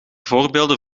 voorbeelden